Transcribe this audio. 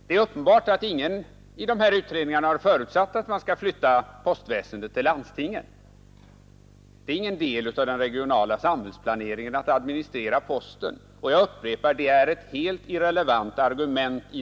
Det är uppenbart att ingen i utredningarna har förutsatt att postväsendet skall flyttas över till landstingen — det ingår inte i den regionala samhällsplaneringen att administrera postväsendet. Det argumentet är därför helt irrelevant.